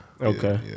Okay